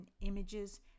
images